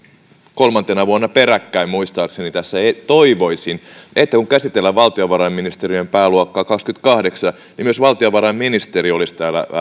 kolmantena vuonna peräkkäin muistaakseni tässä toivoisin että kun käsitellään valtiovarainministeriön pääluokkaa kaksikymmentäkahdeksan niin myös valtiovarainministeri olisi täällä